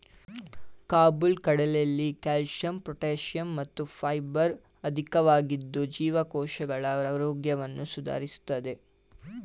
ಕಾಬುಲ್ ಕಡಲೆಲಿ calcium potassium ಮತ್ತು fibre ಅಧಿಕವಾಗಿದ್ದು ಜೀವಕೋಶಗಳ ಆರೋಗ್ಯವನ್ನು ಸುಧಾರಿಸ್ತದೆ